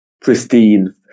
pristine